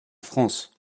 france